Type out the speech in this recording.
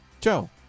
Joe